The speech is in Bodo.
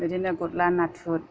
बिदिनो गुरब्ला नाथुर